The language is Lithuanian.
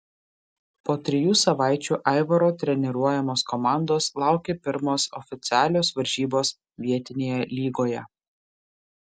po trijų savaičių aivaro treniruojamos komandos laukė pirmos oficialios varžybos vietinėje lygoje